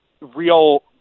real